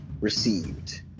received